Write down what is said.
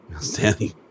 Stanley